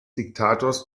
diktators